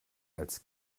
als